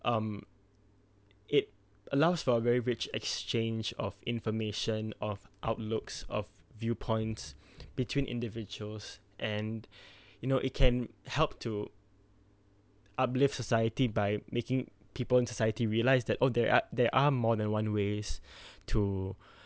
um it allows for a very rich exchange of information of outlooks of viewpoints between individuals and you know it can help to uplift society by making people in society realise that oh there are there are more than one ways to